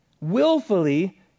willfully